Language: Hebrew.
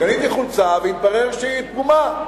קניתי חולצה והתברר שהיא פגומה.